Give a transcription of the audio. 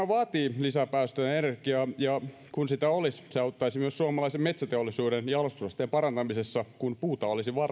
vaatii lisää päästötöntä energiaa ja kun sitä olisi se auttaisi myös suomalaisen metsäteollisuuden jalostusasteen parantamisessa kun puuta olisi